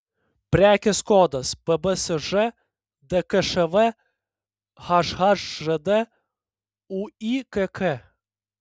prekės kodas pbsž dkšv hhžd uykk